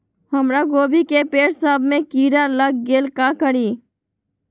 हमरा गोभी के पेड़ सब में किरा लग गेल का करी?